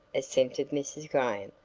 assented mrs. graham.